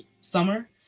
summer